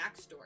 backstory